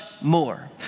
more